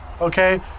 okay